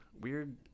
Weird